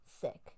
sick